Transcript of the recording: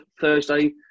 Thursday